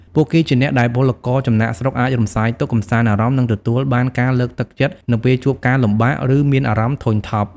ពួកគេជាអ្នកដែលពលករចំណាកស្រុកអាចរំសាយទុក្ខ កម្សាន្តអារម្មណ៍ និងទទួលបានការលើកទឹកចិត្តនៅពេលជួបការលំបាក ឬមានអារម្មណ៍ធុញថប់ ។